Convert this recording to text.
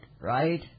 right